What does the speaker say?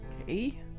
Okay